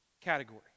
category